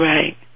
Right